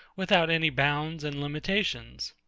without any bounds and limitations.